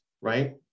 right